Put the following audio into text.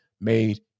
made